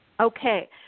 Okay